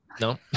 No